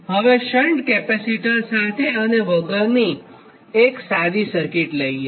હવે shunt capacitor સાથે અને વગરની એક સાદી સર્કીટ લઇએ